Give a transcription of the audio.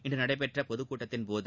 இன்ற நடைபெற்ற பொதக்கூட்டத்தின்போது